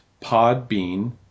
Podbean